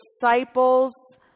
disciples